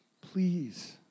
please